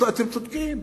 אתם צודקים,